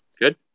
good